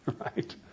right